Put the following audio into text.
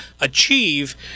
achieve